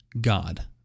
God